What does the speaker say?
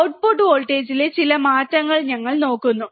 output വോൾട്ടേജ്ലെ ചില മാറ്റങ്ങൾ ഞങ്ങൾ നോക്കുന്നു